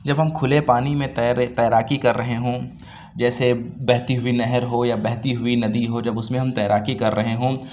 جب ہم کُھلے پانی میں تیر رے تیراکی کر رہے ہوں جیسے بہتی ہوئی نہر ہو یا بہتی ہوئی ندی ہو جب اُس میں ہم تیراکی کر رہے ہوں